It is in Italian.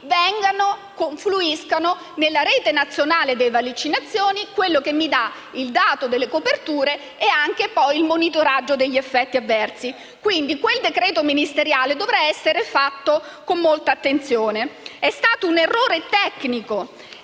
che i dati confluiscano nella rete nazionale delle vaccinazioni, che offre il dato delle coperture e anche il monitoraggio degli effetti avversi. Quel decreto ministeriale dovrà essere fatto con molto attenzione. È stato un altro errore tecnico